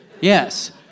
Yes